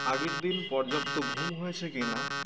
আগের দিন পর্যাপ্ত ঘুম হয়েছে কিনা